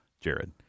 Jared